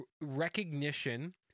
recognition